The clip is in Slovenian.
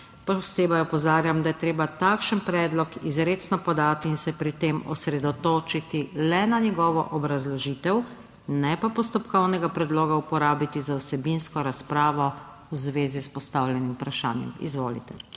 posebej opozarjam, da je treba takšen predlog izrecno podati in se pri tem osredotočiti le na njegovo obrazložitev, ne pa postopkovnega predloga uporabiti za vsebinsko razpravo v zvezi s postavljenim vprašanjem. Izvolite.